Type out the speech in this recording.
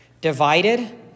divided